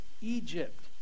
Egypt